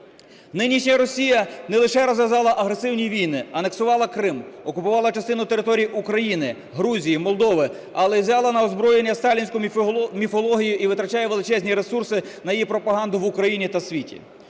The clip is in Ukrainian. Нинішня Росія не лише розв'язала агресивні війни, анексувала Крим, окупувала частину територій України, Грузії, Молдови, але і взяла на озброєння сталінську міфологію і витрачає величезні ресурси на її пропаганду в Україні та світі.